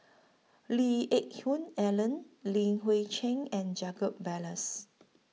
Lee Geck Hoon Ellen Li Hui Cheng and Jacob Ballas